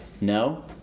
No